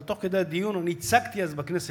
אבל תוך כדי הדיון אני הצגתי אז בכנסת,